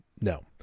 no